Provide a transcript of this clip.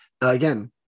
again